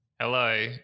Hello